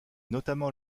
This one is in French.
notamment